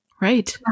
Right